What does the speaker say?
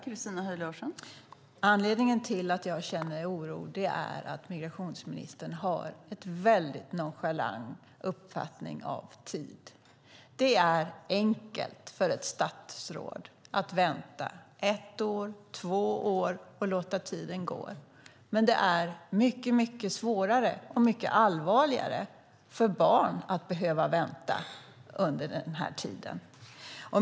Fru talman! Anledningen till att jag känner oro är att migrationsministern har en väldigt nonchalant uppfattning om tid. Det är enkelt för ett statsråd att vänta ett år, två år och låta tiden gå. Men det är mycket svårare och mycket allvarligare för barn att behöva vänta den tiden.